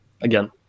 again